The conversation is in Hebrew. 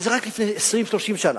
רק לפני 20 30 שנה.